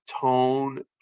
tone